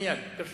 מייד, ברשותך.